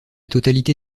totalité